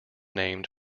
named